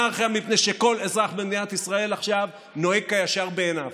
אנרכיה מפני שכל אזרח במדינת ישראל נוהג עכשיו כישר בעיניו.